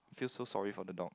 feel so sorry for the dog